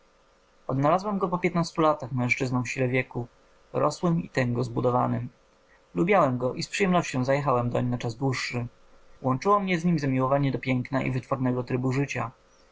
odnalazłem go po piętnastu latach mężczyzną w sile wieku rosłym i tęgo zbudowanym lubiałem go i z przyjemnością zajechałem doń na czas dłuższy łączyło mnie z nim zamiłowanie do piękna i wytwornego trybu życia